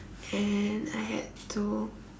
and I had to